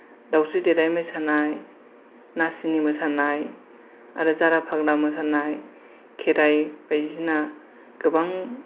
दावस्रि देलाय मोसानाय नासिनि मोसानाय आरो जारा फाग्ला मोसानाय खेराइ बायदिसिना गोबां